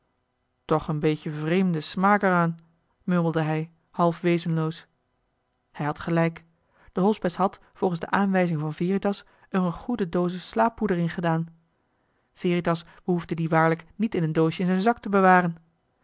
toch een beetje vreemde smaak eraan murmelde hij half wezenloos hij had gelijk de hospes had volgens de aanwijzing van veritas er een goede dosis slaappoeder in gedaan veritas behoefde dien waarlijk niet in een doosje in zijn zak te bewaren